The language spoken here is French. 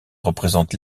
représente